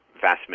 vast